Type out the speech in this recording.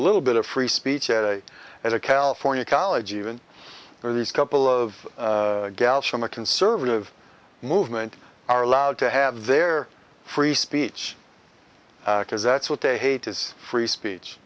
little bit of free speech at a as a california college even though these couple of gals from a conservative movement are allowed to have their free speech because that's what they hate is free speech